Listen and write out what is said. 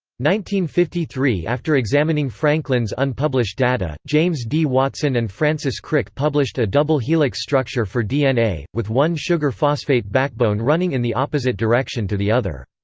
fifty three after examining franklin's unpublished data, james d. watson and francis crick published a double-helix structure for dna, with one sugar-phosphate backbone running in the opposite direction to the other.